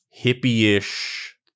hippie-ish